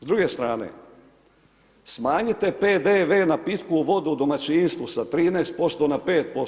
S druge strane smanjite PDV na pitku vodu u domaćinstvu, sa 13% na 5%